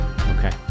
okay